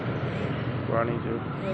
मैं मरीन मछली का वाणिज्यिक उपयोग करूंगा